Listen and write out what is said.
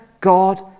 God